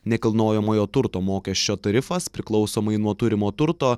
nekilnojamojo turto mokesčio tarifas priklausomai nuo turimo turto